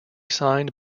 signed